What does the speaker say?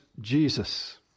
Jesus